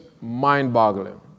mind-boggling